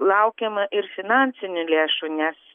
laukiama ir finansinių lėšų nes